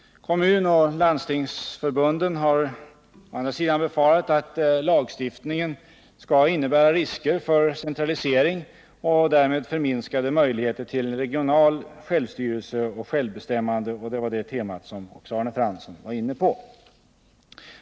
Kommunoch landstingsförbunden har å andra sidan befarat att lagstiftningen skall innebära risker för centralisering och därmed förminskade möjligheter till regional självstyrelse och självbestämmande, och det var det temat som också Arne Fransson var inne på.